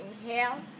Inhale